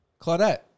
Claudette